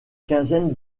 quinzaine